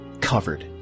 covered